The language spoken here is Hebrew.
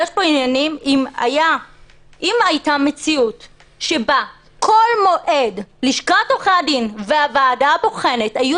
אם הייתה מציאות שבה בכל מועד לשכת עורכי הדין והוועדה הבוחנת היו